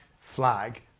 flag